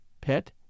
pet